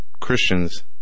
Christians